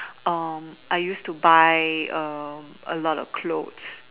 um I used to buy um a lot of clothes